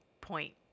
point